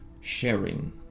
sharing